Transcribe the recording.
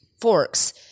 forks